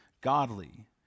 godly